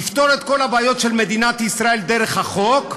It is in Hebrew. לפתור את כל הבעיות של מדינת ישראל דרך החוק,